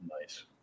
nice